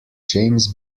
james